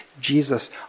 Jesus